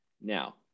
now